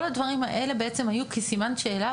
כל הדברים האלה בעצם היו כסימן שאלה